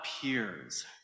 appears